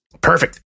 Perfect